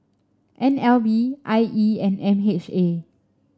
N L B I E and M H A